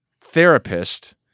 therapist